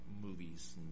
movies